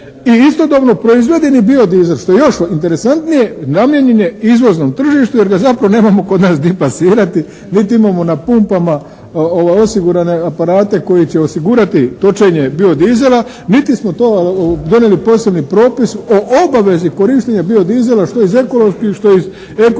i istodobno proizvedeni biodizel što je još interesantnije namijenjen je izvoznom tržištu jer ga zapravo nemamo kod nas gdi plasirati niti imamo na pumpama osigurane aparate koji će osigurati točenje biodizela niti smo to donijeli posebni propis o obavezi korištenja biodizela što iz ekoloških što iz ekonomskih